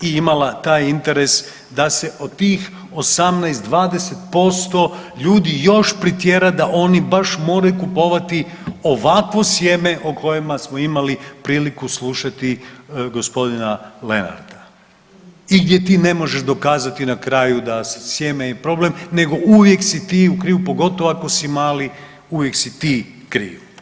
I imala taj interes da se od tih 18, 20% ljudi još pritjera, da oni baš moraju kupovati ovakvo sjeme o kojima smo imali priliku slušati g. Lenarta i gdje ti ne možeš dokazati na kraju da se sjeme je problem nego uvijek si ti u krivu, pogotovo ako si mali, uvijek si ti kriv.